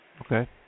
okay